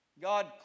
God